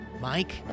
Mike